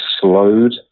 slowed